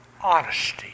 honesty